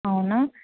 అవునా